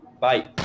Bye